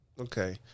Okay